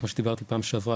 כמו שדיברתי בפעם שעברה,